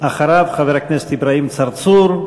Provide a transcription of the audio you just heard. אחריו, חבר הכנסת אברהים צרצור.